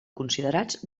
considerats